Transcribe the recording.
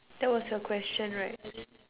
that was your question right